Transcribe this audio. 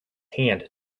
hand